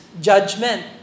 judgment